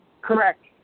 Correct